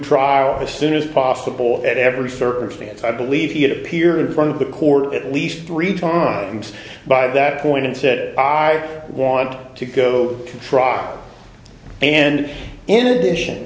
trial as soon as possible at every circumstance i believe he had appeared on the court at least three times by that point and said i want to go to trial and in addition